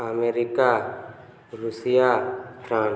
America Russia France